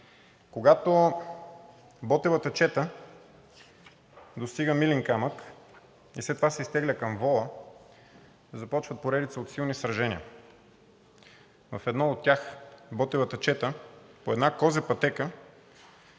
„Когато Ботевата чета достига Милин камък и след това се изтегля към Вола, започват поредица от силни сражения. В едно от тях Ботевата чета, по една козя пътека,